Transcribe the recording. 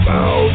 Bow